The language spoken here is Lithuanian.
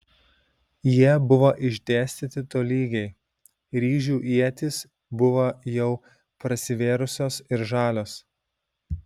jie buvo išdėstyti tolygiai ryžių ietys buvo jau prasivėrusios ir žalios